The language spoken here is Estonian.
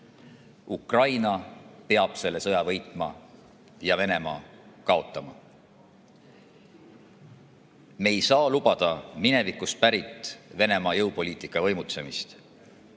Ukraina peab selle sõja võitma ja Venemaa kaotama. Me ei saa lubada minevikust pärit Venemaa jõupoliitika võimutsemist.